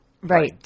Right